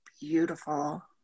beautiful